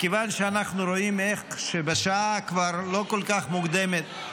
מכיוון שאנחנו רואים איך בשעה כבר לא כל כך מוקדמת,